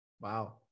wow